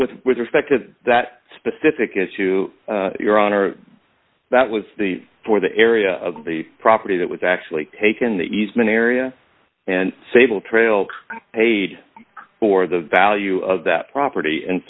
well with respect to that specific as to your honor that was the for the area of the property that was actually taken the easement area and sable trails paid for the value of that property and